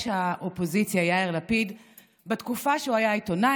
האופוזיציה יאיר לפיד בתקופה שהוא היה עיתונאי.